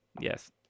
Yes